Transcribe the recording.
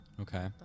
Okay